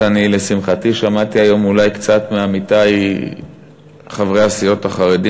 לשמחתי שמעתי היום מעמיתי חברי הסיעות החרדים